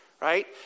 right